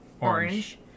Orange